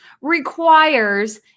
requires